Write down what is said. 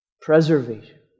preservation